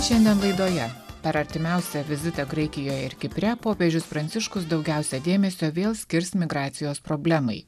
šiandien laidoje per artimiausią vizitą graikijoje ir kipre popiežius pranciškus daugiausia dėmesio vėl skirs migracijos problemai